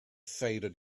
faded